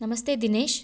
ನಮಸ್ತೆ ದಿನೇಶ್